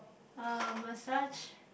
uh massage